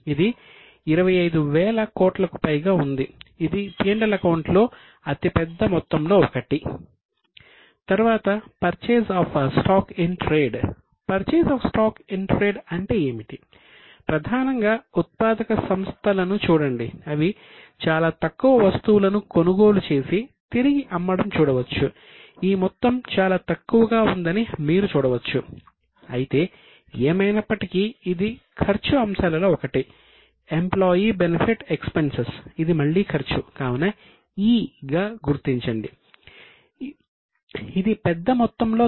ఇది 25000 కోట్లకు పైగా ఉంది ఇది P L అకౌంట్ లో అతిపెద్ద మొత్తంలో ఒకటి